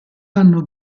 anno